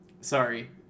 sorry